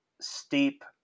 steep